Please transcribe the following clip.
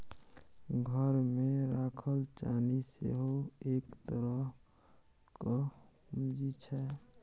घरमे राखल चानी सेहो एक तरहक पूंजी छै